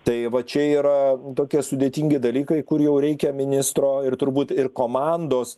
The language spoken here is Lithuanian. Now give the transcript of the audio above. tai va čia yra tokie sudėtingi dalykai kur jau reikia ministro ir turbūt ir komandos